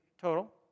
total